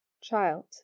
Child